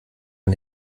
man